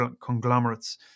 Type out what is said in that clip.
conglomerates